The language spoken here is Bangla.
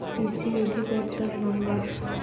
কৃষি অধিকর্তার নাম্বার?